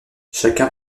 chacun